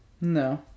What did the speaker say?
no